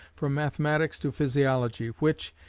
from mathematics to physiology, which,